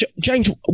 James